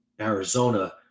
Arizona